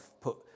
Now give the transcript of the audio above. put